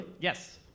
Yes